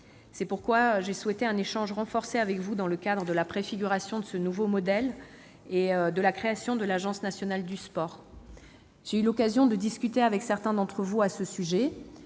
raison pour laquelle j'ai souhaité un échange renforcé avec vous dans le cadre de la préfiguration de ce nouveau modèle et de la création de l'Agence nationale du sport. J'ai eu l'occasion de discuter avec certains d'entre vous à ce sujet.